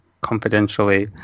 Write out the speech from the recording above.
confidentially